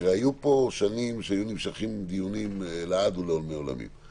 היו פה שנים שבהם היום הדיונים נמשכים לעד ולעולמי עולמים.